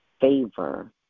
favor